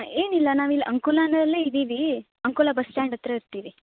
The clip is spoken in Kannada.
ಏನಿಲ್ಲ ನಾವು ಇಲ್ಲಿ ಅಂಕೋಲಾದಲ್ಲೇ ಇದ್ದೀವಿ ಅಂಕೋಲಾ ಬಸ್ ಸ್ಟಾಂಡ್ ಹತ್ರ ಇರ್ತೀವಿ